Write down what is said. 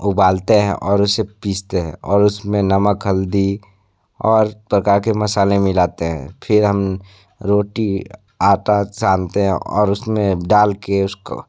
उबालते हैं और उसे पीसते हैं और उसमें नमक हल्दी और प्रकार के मसाले मिलाते हैं फिर हम रोटी आटा सानते हैं और उसमें डाल कर उसको